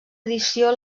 edició